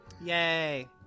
Yay